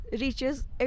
reaches